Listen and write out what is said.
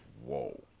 Whoa